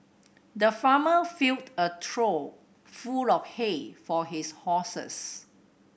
the farmer filled a trough full of hay for his horses